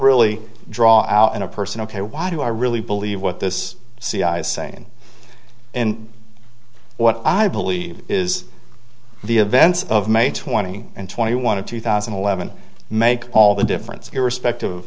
really draw out in a person ok why do i really believe what this cia is saying and what i believe is the events of may twenty and twenty one of two thousand and eleven make all the difference irrespective